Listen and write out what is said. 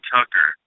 Tucker